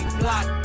block